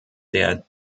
der